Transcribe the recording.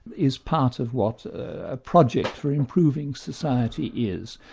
is part of what a project for improving society is.